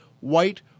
white